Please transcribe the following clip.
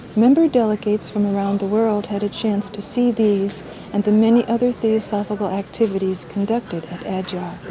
member delegates from around the world had a chance to see these and the many other theosophical activities conducted at adyar.